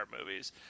movies